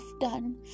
done